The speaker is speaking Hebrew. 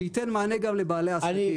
שייתן גם מענה לבעלי עסקים.